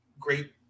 Great